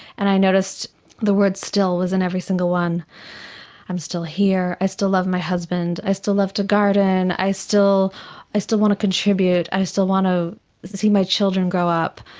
and i noticed that the word still was in every single one i'm still here, i still love my husband, i still love to garden, i still i still want to contribute, i still want to see my children grow up.